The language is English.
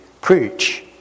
preach